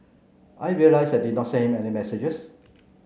I realised I did not send him any messages